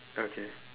okay